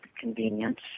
convenience